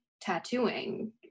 tattooing